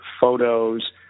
photos